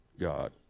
God